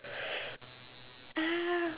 ah